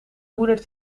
moeder